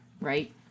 right